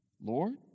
Lord